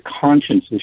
conscience